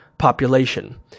population